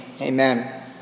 amen